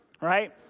right